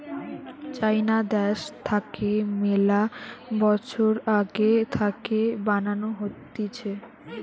চাইনা দ্যাশ থাকে মেলা বছর আগে থাকে বানানো হতিছে